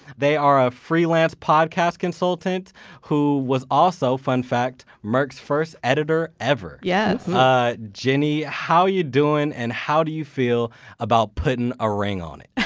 they are a freelance podcast consultant who was also, fun fact, merk's first editor ever. yeah jenny, how are you doing? and how do you feel about putting a ring on it?